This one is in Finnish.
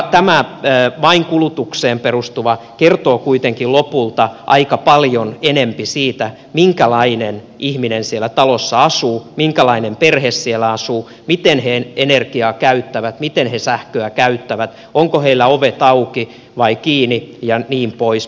tämä vain kulutukseen perustuva kertoo kuitenkin lopulta aika paljon enempi siitä minkälainen ihminen siellä talossa asuu minkälainen perhe siellä asuu miten he energiaa käyttävät miten he sähköä käyttävät onko heillä ovet auki vai kiinni ja niin poispäin